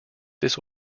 this